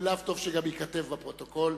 מאליו טוב שגם ייכתב בפרוטוקול.